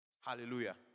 Hallelujah